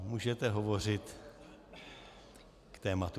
Můžete hovořit k tématu.